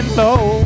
low